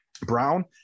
Brown